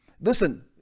Listen